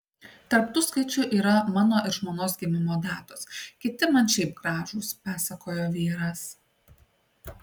tarp tų skaičių yra mano ir žmonos gimimo datos kiti man šiaip gražūs pasakojo vyras